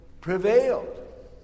prevailed